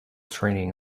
training